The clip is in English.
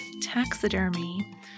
Taxidermy